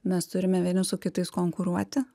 mes turime vieni su kitais konkuruoti